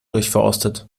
durchforstet